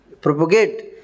propagate